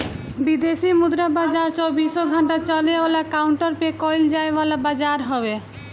विदेशी मुद्रा बाजार चौबीसो घंटा चले वाला काउंटर पे कईल जाए वाला बाजार हवे